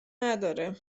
نداره